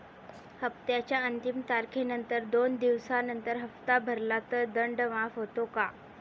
हप्त्याच्या अंतिम तारखेनंतर दोन दिवसानंतर हप्ता भरला तर दंड माफ होतो का?